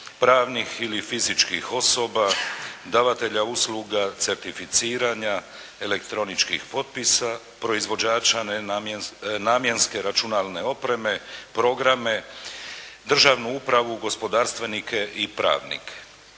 pravnih ili fizičkih osoba, davatelja usluga, certificiranja elektroničkih potpisa proizvođača namjenske računalne opreme, programe, državnu upravu, gospodarstvenike i pravnike.